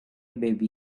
baby